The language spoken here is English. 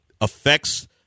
affects